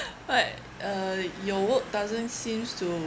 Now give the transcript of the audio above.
but uh your work doesn't seems to